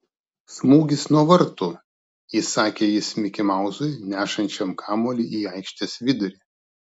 smūgis nuo vartų įsakė jis mikimauzui nešančiam kamuolį į aikštės vidurį